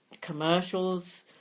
commercials